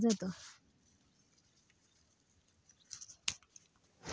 शेळीच्या उपउत्पादनांचा वापर शॅम्पू आणि लोशन बनवण्यासाठी केला जातो